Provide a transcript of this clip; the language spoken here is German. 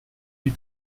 die